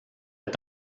est